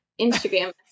Instagram